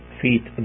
feet